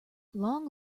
long